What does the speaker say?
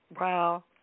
Wow